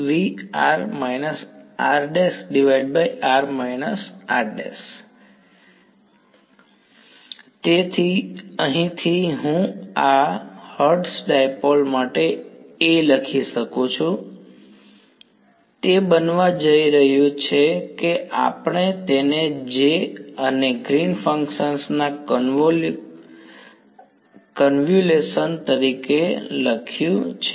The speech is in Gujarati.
વિદ્યાર્થી તેથી અહીંથી હું આ હર્ટ્ઝ ડાઈપોલ માટે A લખી શકું છું તે બનવા જઈ રહ્યું છે કે આપણે તેને J અને ગ્રીન્સ ફંક્શન Green's function ના કન્વ્યુલેશન તરીકે લખ્યું છે